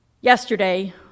Yesterday